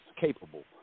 capable